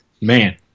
man